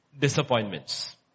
disappointments